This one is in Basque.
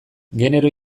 genero